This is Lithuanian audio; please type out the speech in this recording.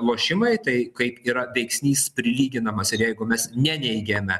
lošimai tai kaip yra veiksnys prilyginamas jeigu mes neneigiame